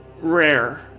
rare